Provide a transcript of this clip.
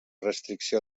restricció